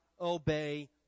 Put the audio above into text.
obey